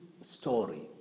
story